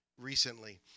recently